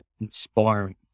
inspiring